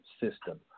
system